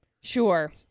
Sure